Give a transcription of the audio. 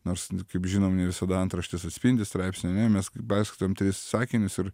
nors kaip žinom ne visada antraštės atspindi straipsnį ar ne mes kai perskaitom tris sakinius ir